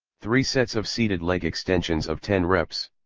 three sets of seated leg extensions of ten reps.